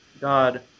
God